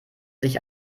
sich